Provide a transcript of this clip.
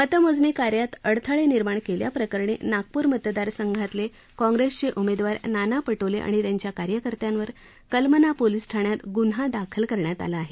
मतमोजणी कार्यात अडथळे निर्माण केल्या प्रकरणी नागप्र मतदार संघातले काँग्रेसचे उमेदवार नाना पटोले आणि त्यांच्या कार्यकर्त्यावर कलमना पोलीस ठाण्यात ग्न्हा दाखल करण्यात आला आहे